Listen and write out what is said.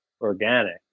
organic